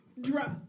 drop